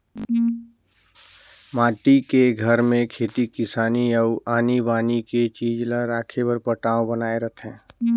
माटी के घर में खेती किसानी अउ आनी बानी के चीज ला राखे बर पटान्व बनाए रथें